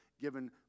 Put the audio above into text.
given